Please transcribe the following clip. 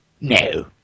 no